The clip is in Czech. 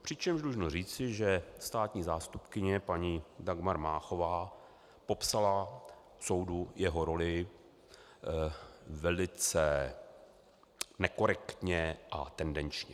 Přičemž dlužno říci, že státní zástupkyně paní Dagmar Máchová popsala soudu jeho roli velice nekorektně a tendenčně.